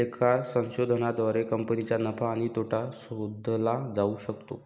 लेखा संशोधनाद्वारे कंपनीचा नफा आणि तोटा शोधला जाऊ शकतो